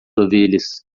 ovelhas